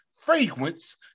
fragrance